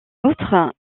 outre